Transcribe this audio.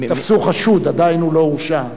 הם תפסו חשוד, עדיין הוא לא הורשע.